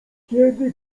kiedy